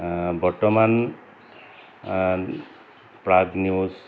বৰ্তমান প্ৰাগ নিউজ